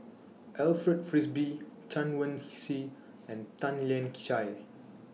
Alfred Frisby Chen Wen Hsi and Tan Lian Chye